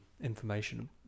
information